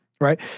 right